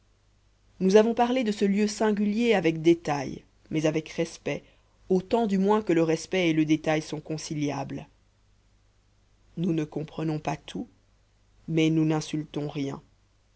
nous avons parlé de ce lieu singulier avec détail mais avec respect autant du moins que le respect et le détail sont conciliables nous ne comprenons pas tout mais nous n'insultons rien